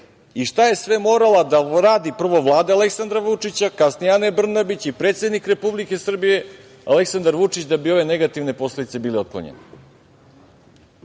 i šta je sve morala da uradi prvo Vlada Aleksandra Vučića, kasnije Ane Brnabić, i predsednik Republike Srbije Aleksandar Vučić, da bi ove negativne posledice bile otklonjene.I